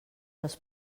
els